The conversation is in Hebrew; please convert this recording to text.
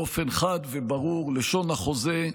באופן חד וברור לשון החוזה,